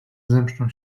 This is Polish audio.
zemszczą